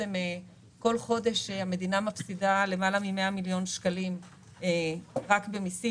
כל חודש המדינה מפסידה למעלה ממאה מיליון שקל רק ממיסים,